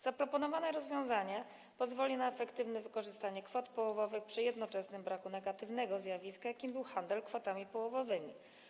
Zaproponowane rozwiązanie pozwoli na efektywne wykorzystanie kwot połowowych przy jednoczesnym braku negatywnego zjawiska, jakim był handel kwotami połowowymi.